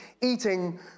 eating